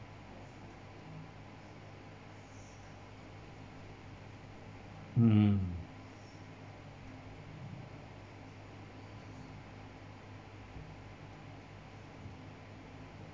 mm